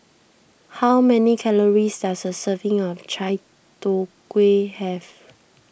how many calories does a serving of Chai Tow Kway have